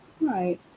Right